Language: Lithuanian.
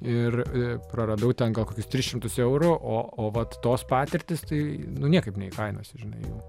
ir e praradau ten gal kokius tris šimtus eurų o o vat tos patirtys tai nu niekaip neikainosi žinai jų